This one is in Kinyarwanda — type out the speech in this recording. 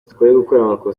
by’iterabwoba